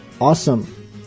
awesome